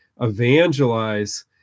evangelize